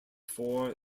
four